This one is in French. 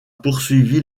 poursuivi